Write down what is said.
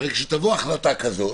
כשתבוא החלטה כזאת,